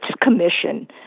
Commission